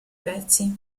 pezzi